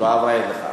לא עברה אליך,